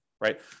right